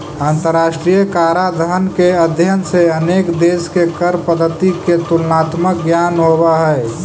अंतरराष्ट्रीय कराधान के अध्ययन से अनेक देश के कर पद्धति के तुलनात्मक ज्ञान होवऽ हई